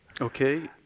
Okay